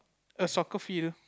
a soccer field